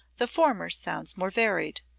the former sounds more varied,